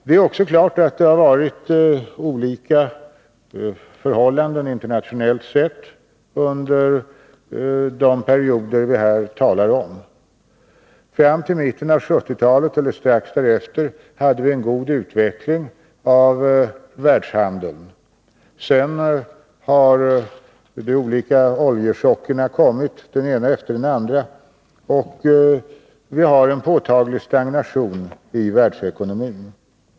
Det är också klart att det har varit olika förhållanden internationellt sett under de perioder som vi här talar om. Fram till mitten av 1970-talet eller strax därefter hade vi en god utveckling av världshandeln. Sedan har de olika oljechockerna kommit, den ena efter den andra, och vi har nu en påtaglig stagnation i världsekonomin.